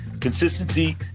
consistency